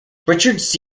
richard